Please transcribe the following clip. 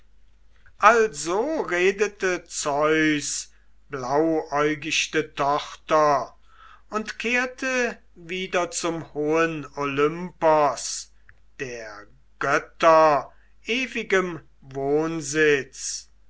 also redete zeus blauäugichte tochter und kehrte wieder zum hohen olympos der götter ewigem wohnsitz